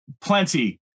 plenty